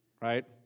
right